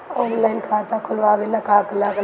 Online खाता खोलबाबे ला का का लागि?